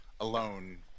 alone